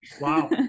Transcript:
Wow